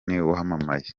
wamamaye